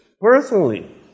personally